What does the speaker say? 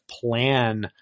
plan